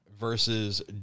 versus